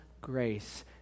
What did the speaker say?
grace